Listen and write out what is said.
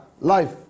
life